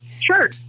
Sure